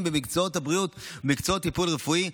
במקצועות הבריאות ובמקצועות טיפול רפואי,